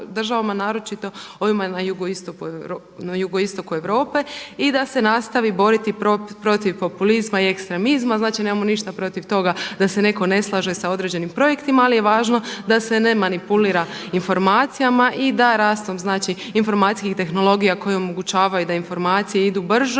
naročito ovima na jugoistoku Europe i da se nastavi boriti protiv populizma i ekstremizma. Znači, nemamo ništa protiv toga da se netko ne slaže sa određenim projektima, ali je važno da se ne manipulira informacijama i da rastom, znači informacijskih tehnologija koje omogućavaju da informacije idu brže